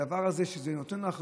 הדבר הזה שזה נותן לו אחריות,